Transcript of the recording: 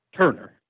Turner